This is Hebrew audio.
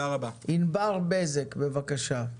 ענבר בזק, בבקשה.